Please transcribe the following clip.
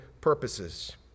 purposes